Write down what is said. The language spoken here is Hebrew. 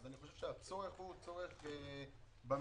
הצורך הוא מיידי.